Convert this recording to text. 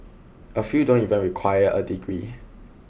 a few don't even require a degree